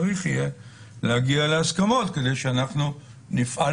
צריך יהיה להגיע להסכמות כדי שאנחנו נפעל